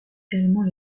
également